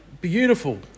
beautiful